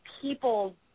people